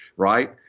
right?